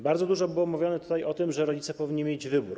Bardzo dużo mówiono tutaj o tym, że rodzice powinni mieć wybór.